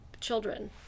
children